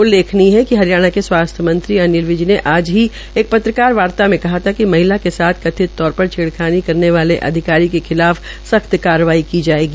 उल्लेखनीय है कि हरियाणा के स्वास्थ्य मंत्री अनिल विज ने आज ही एक पत्रकारवार्ता में कहा था कि महिला के साथ कथित तौर पर छेड़खानी करने वाले अधिकारी के खिलाफ सख्त कार्रवाई की जायेगी